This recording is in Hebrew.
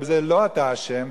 ובזה לא אתה לא אשם,